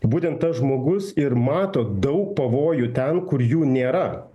būtent tas žmogus ir mato daug pavojų ten kur jų nėra